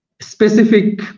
specific